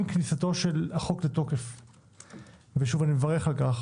עם כניסתו של החוק לתוקף אני שוב מברך על כך